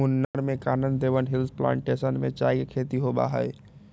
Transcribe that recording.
मुन्नार में Kanan Devan hills plantation में चाय के खेती होबा हई